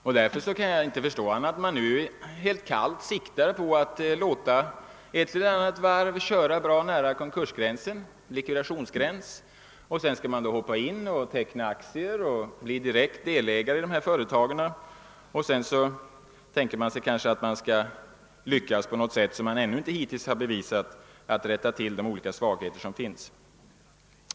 Jag kan av denna anledning inte förstå annat än att man nu helt kallt siktar på att låta ett eller annat varv drivas nära konkursgränsen eller likvidationsgränsen — sedan skall man träda in och köpa aktier och bli delägare i företagen, och så tänker man sig kanske att man på något sätt skall lyckas avhjälpa de svagheter som finns.